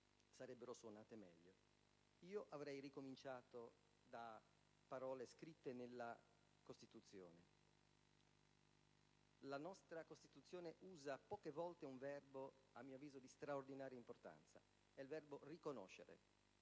sarebbero suonate meglio. Io avrei ricominciato da parole scritte nella Costituzione. La nostra Costituzione usa poche volte un verbo a mio avviso di straordinaria importanza: è il verbo riconoscere.